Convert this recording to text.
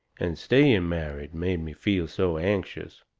and staying married, made me feel so anxious.